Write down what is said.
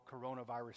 coronavirus